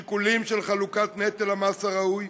שיקולים של חלוקת נטל המס הראויה,